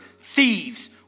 Thieves